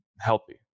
healthy